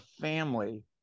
family